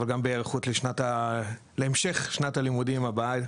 אבל גם בהיערכות להמשך שנת הלימודים הבאה,